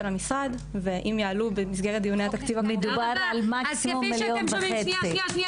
המשרד ואם יעלו במסגרת דיוני התקציב --- מדובר על מקסימום מיליון וחצי.